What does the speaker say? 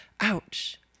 ouch